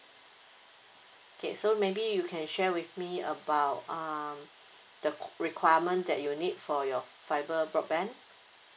K so maybe you can share with me about um the requirement that you need for your fibre broadband